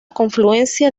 confluencia